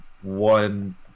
one